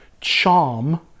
charm